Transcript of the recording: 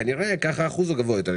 כנראה כך האחוז הוא גבוה יותר.